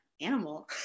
animal